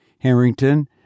Harrington